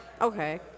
Okay